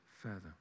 further